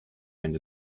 and